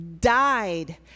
died